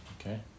okay